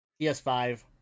PS5